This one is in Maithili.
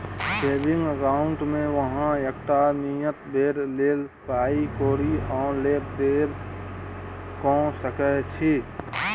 सेबिंग अकाउंटमे अहाँ एकटा नियत बेर लेल पाइ कौरी आ लेब देब कअ सकै छी